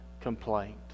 complaint